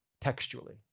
textually